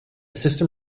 system